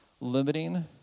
limiting